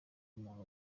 umuntu